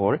ഇപ്പോൾ